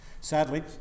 Sadly